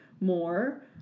more